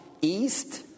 east